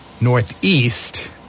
northeast